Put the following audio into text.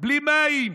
בלי מים,